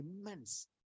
immense